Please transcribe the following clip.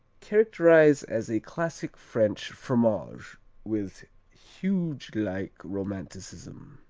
characterized as a classic french fromage with huge-like romanticism.